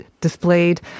displayed